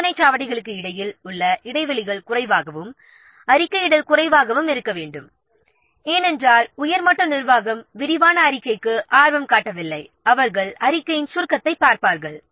சோதனைச் சாவடிகளுக்கு இடையில் உள்ள இடைவெளிகள் குறைவாகவும் அறிக்கையிடல் குறைவாகவும் இருக்க வேண்டும் ஏனென்றால் உயர் மட்ட நிர்வாகம் விரிவாக அறிக்கைக்கு ஆர்வம் காட்டவில்லை அவர்கள் அறிக்கையின் சுருக்கத்தைப் பார்ப்பார்கள்